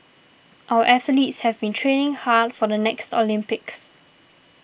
our athletes have been training hard for the next Olympics